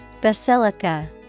Basilica